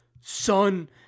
son-